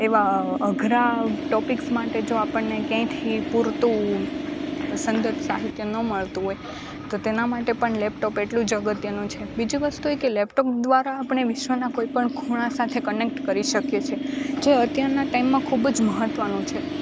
એવા અઘરા ટોપિક્સ માટે જો આપણને ક્યાંયથી પૂરતું સંદર્ભ સાહિત્ય ન મળતું હોય તો તેના માટે પણ લેપટોપ એટલું જ અગત્યનું છે બીજી વસ્તુ એ કે લેપટોપ દ્વારા આપણે વિશ્વના કોઈ પણ ખૂણા સાથે કનેક્ટ કરી શકીએ છે જે અત્યારના ટાઇમમાં ખૂબ જ મહત્ત્વનું છે